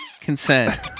consent